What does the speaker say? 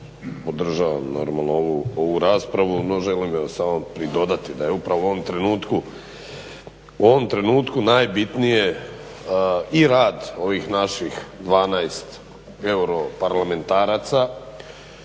naravno ovu raspravu no želim samo pridodati da je upravo u ovom trenutku najbitnije i rad ovih naših 12 europarlamentaraca